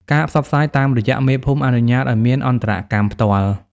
ការផ្សព្វផ្សាយតាមរយៈមេភូមិអនុញ្ញាតឱ្យមានអន្តរកម្មផ្ទាល់។